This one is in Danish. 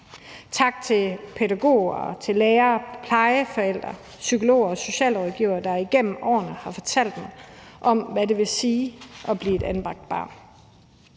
Tak til pædagoger, lærere, plejeforældre, psykologer og socialrådgivere, der igennem årene har fortalt mig om, hvad det vil sige at blive et anbragt barn.